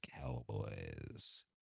Cowboys